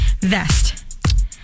vest